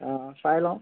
অঁ চাই লওঁ